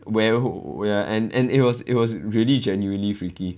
where we are at and and it was it was really genuinely freaky